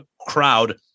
crowd